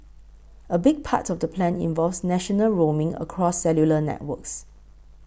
a big part of the plan involves national roaming across cellular networks